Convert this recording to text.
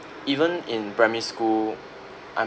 even in primary school I'm